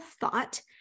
thought